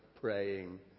praying